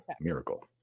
Miracle